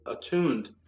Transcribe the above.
attuned